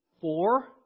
four